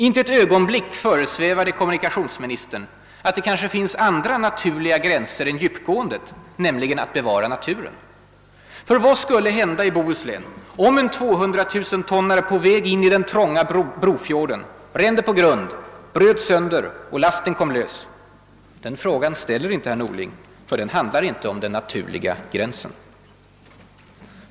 Inte ett ögonblick föresvävar det kommunikationsministern att det kan finnas andra »naturliga gränser» än djupgåendet, nämligen att bevara naturen. Ty vad skulle hända i Bohuslän om en 200 000-tonnare på väg in i den trånga Brofjorden rände på grund, bröts sönder och lasten kom lös? Denna fråga ställer inte herr Norling, ty den handlar inte om »den naturliga gränsen».